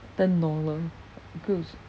ten dollar group s~